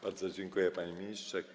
Bardzo dziękuję, panie ministrze.